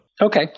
Okay